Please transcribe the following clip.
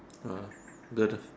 uh good lah